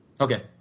Okay